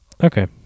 Okay